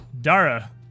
Dara